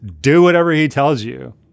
do-whatever-he-tells-you